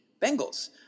Bengals